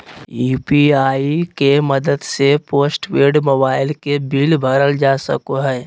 UPI के मदद से पोस्टपेड मोबाइल के बिल भरल जा सको हय